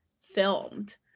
filmed